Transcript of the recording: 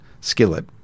skillet